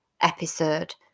episode